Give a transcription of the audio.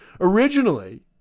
Originally